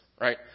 right